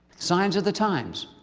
signs of the times,